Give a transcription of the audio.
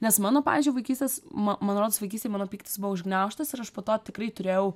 nes mano pavyzdžiui vaikystės ma man rodos vaikystėj mano pyktis buvo užgniaužtas ir aš po to tikrai turėjau